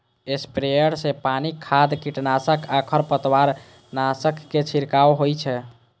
sprayer सं पानि, खाद, कीटनाशक आ खरपतवारनाशक के छिड़काव होइ छै